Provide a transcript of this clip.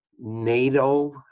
NATO